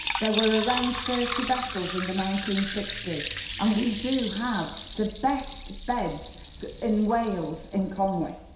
there were around thirty vessels in the nineteen sixty s and we do have the best beds in wales in conwy.